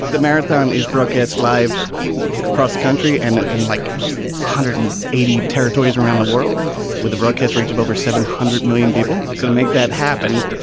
the marathon is broadcast live across the country and then in like one hundred and eighty territories around the world with the broadcast reach of over seven hundred million people. so to make that happen.